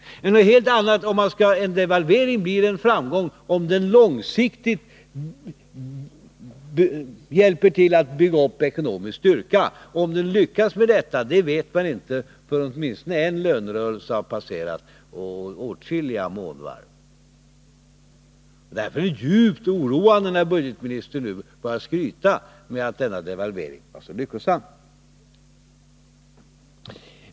Men att en devalvering innebär en framgång är något annat. En devalvering blir en framgång då den långsiktigt hjälper till att bygga upp ekonomisk styrka. Huruvida man lyckas med detta vet man inte förrän efter det att åtskilliga månvarv har passerats, åtminstone inte förrän efter nästföljande lönerörelse. Därför är det djupt oroande när budgetministern nu börjar skryta med att årets devalvering var så lyckosam.